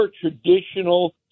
traditional